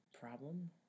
problem